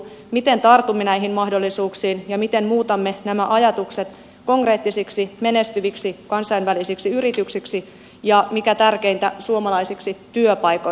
miten tartumme näihin mahdollisuuksiin ja miten muutamme nämä ajatukset konkreettisiksi menestyviksi kansainvälisiksi yrityksiksi ja mikä tärkeintä suomalaisiksi työpaikoiksi